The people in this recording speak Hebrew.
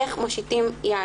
איך מושיטים יד.